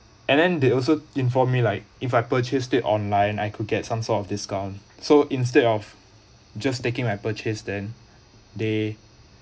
and then they also inform me like if I purchased it online I could get some sort of discount so instead of just taking my purchase then they